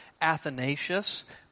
Athanasius